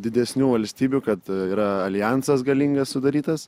didesnių valstybių kad yra aljansas galingas sudarytas